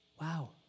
Wow